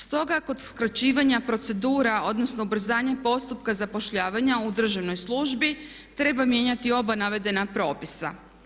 Stoga kod skraćivanja procedura odnosno ubrzanja postupka zapošljavanja u državnoj službi treba mijenjati oba navedena propisa.